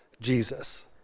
Jesus